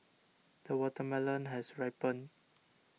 the watermelon has ripened